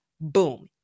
Boom